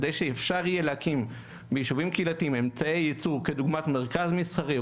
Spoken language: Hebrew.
כדי שאפשר יהיה להקים בישובים קהילתיים אמצעי ייצור כדוגמת מרכז מסחרי,